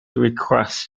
request